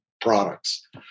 products